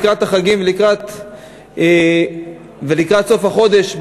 לקראת החגים או לקראת סוף החודש,